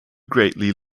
greatly